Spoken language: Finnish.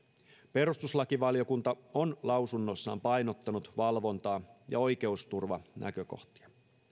perustuslakivaliokunta on lausunnossaan painottanut valvontaa ja oikeusturvanäkökohtia